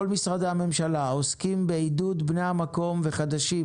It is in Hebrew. משרדי הממשלה העוסקים בעידוד בני המקום וחדשים,